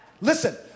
Listen